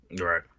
Right